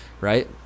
right